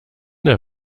der